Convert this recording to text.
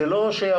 זה לא שיבוא